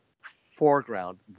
foreground